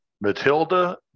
Matilda